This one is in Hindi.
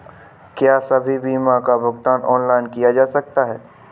क्या सभी बीमा का भुगतान ऑनलाइन किया जा सकता है?